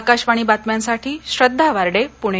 आकाशवाणी बातम्यांसाठी श्रद्धा वार्डे पुणे